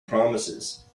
promises